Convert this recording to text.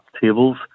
tables